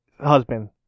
husband